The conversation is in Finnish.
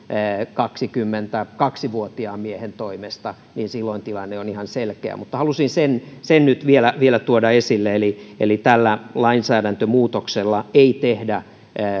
kaksikymmentäkaksi vuotiaan miehen toimesta silloin tilanne on ihan selkeä mutta halusin sen sen nyt vielä vielä tuoda esille eli eli tällä lainsäädäntömuutoksella ei tehdä